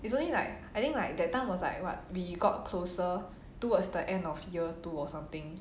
it's only like I think like that time was like what we got closer towards the end of year two or something